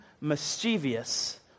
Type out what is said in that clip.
mischievous